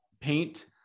paint